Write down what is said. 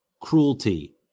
cruelty